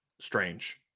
strange